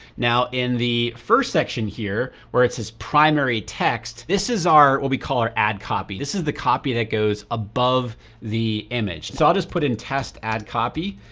now in the first section here, where it says primary text, this is our, what we call our ad copy. this is the copy that goes above the image. so i'll just put in test ad copy,